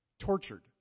tortured